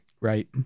right